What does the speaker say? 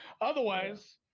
Otherwise